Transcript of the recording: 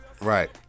right